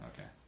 okay